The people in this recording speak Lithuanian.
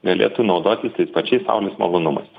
galėtų naudotis tais pačiais saulės malonumais